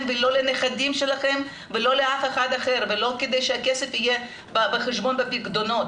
ולא לנכדים שלכם ולא לאף אחד אחר ולא כדי שהכסף יהיה בחשבון בפקדונות'